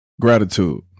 Gratitude